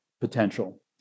potential